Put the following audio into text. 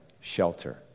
shelter